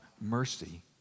mercy